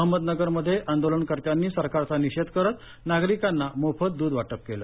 अहमदनगरमध्ये आंदोलन कर्त्यांनी सरकारचा निषेध करत नागरिकाना मोफत दूध वाटप केल